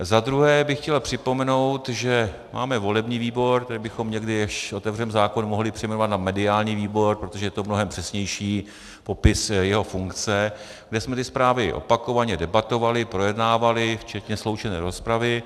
Za druhé bych chtěl připomenout, že máme volební výbor, který bychom někdy, až otevřeme zákon, mohli přejmenovat na mediální výbor, protože je to mnohem přesnější popis jeho funkce, kde jsme ty zprávy opakovaně debatovali, projednávali, včetně sloučené rozpravy.